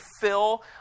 fill